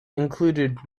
included